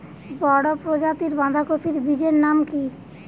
বড় প্রজাতীর বাঁধাকপির বীজের নাম কি?